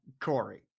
Corey